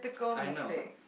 I know